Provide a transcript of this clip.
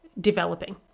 developing